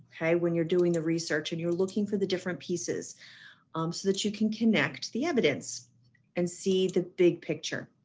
okay. when you're doing the research and you're looking for the different pieces um so that you can connect the evidence and see the big picture.